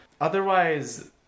Otherwise